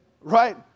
Right